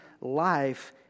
life